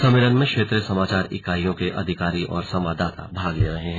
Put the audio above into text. सम्मेलन में क्षेत्रीय समाचार इकाइयों के अधिकारी और संवाददाता भाग ले रहे हैं